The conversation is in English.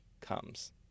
comes